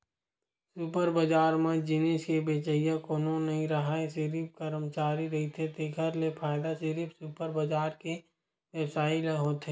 super bazaar म जिनिस के बेचइया कोनो नइ राहय सिरिफ करमचारी रहिथे तेखर ले फायदा सिरिफ सुपर बजार के बेवसायी ल होथे